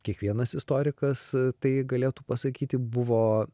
kiekvienas istorikas tai galėtų pasakyti buvo